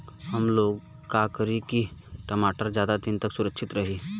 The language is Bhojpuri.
हमलोग का करी की टमाटर ज्यादा दिन तक सुरक्षित रही?